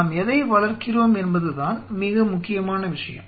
நாம் எதை வளர்க்கிறோம் என்பதுதான் மிக முக்கியமான விஷயம்